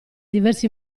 diversi